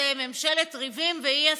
ממשלת ריבים ואי-הסכמות,